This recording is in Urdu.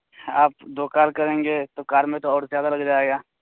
آپ دو کار کریں گے تو کار میں تو اور زیادہ لگ جائے گا